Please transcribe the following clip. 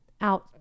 out